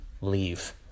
leave